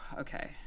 okay